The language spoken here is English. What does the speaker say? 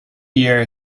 year